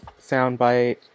soundbite